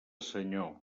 senyor